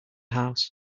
house